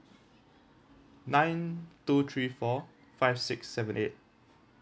nine two three four five six seven eight